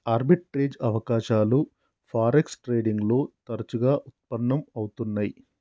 arbitrage అవకాశాలు forex trading లో తరచుగా వుత్పన్నం అవుతున్నై